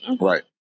Right